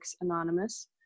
Anonymous